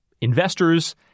investors